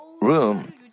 room